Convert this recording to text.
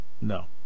No